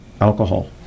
alcohol